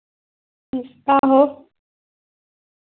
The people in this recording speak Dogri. आहो